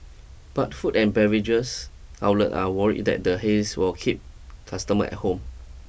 but food and beverages outlets are worried that the haze will keep customers at home